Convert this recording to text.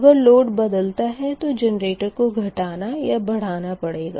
अगर लोड बदलता है तो जेनरेटर को घटाना या बढ़ाना पड़ेगा